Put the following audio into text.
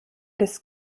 des